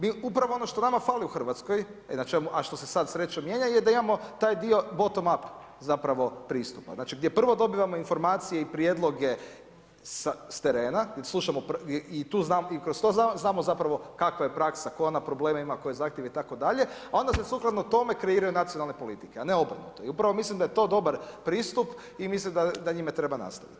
Mi upravo ono što nama fali u Hrvatskoj a što se sad srećom mijenja je da imamo taj bottom up pristupa, gdje prvo dobivamo informacije i prijedloge s terena i kroz to znamo zapravo kakva je praksa, tko onda probleme ima, koje zahtjeve itd., a onda se sukladno tome kreiraju nacionalne politike, a ne obrnuto i upravo mislim da je to dobra pristup i mislim da njime treba nastaviti.